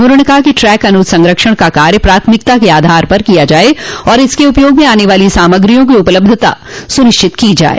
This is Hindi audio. उन्होंने कहा कि ट्रैक अनुसंरक्षण का कार्य प्राथमिकता के आधार पर किया जाये और इसके उपयोग में आने वाली सामग्रियों की उपलब्धता सुनिश्चित की जाये